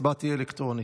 ההצבעה תהיה אלקטרונית.